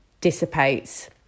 dissipates